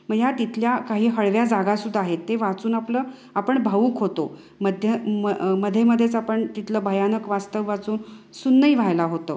मग या तिथल्या काही हळव्या जागा सुद्धा आहेत ते वाचून आपलं आपण भावूक होतो मध्य म मध्ये मध्येच आपण तिथलं भयानक वास्तव वाचून सुन्नही व्हायला होतं